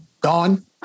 gone